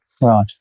Right